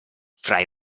fra